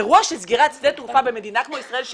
אירוע של סגירת שדה תעופה במדינה כמו ישראל,